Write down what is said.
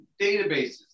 databases